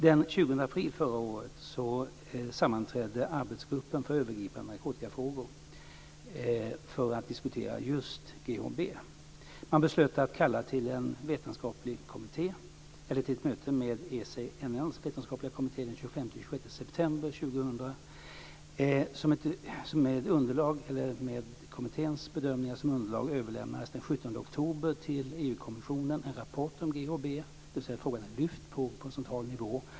Den 20 april förra året sammanträdde arbetsgruppen för övergripande narkotikafrågor för att diskutera GHB. Man beslöt att kalla till ett möte med en vetenskaplig kommitté inom EC den 25-26 september 2000. Med kommitténs bedömningar som underlag överlämnades den 17 oktober till EU-kommissionen en rapport om GHB. Frågan har alltså lyfts upp på central nivå.